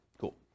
Cool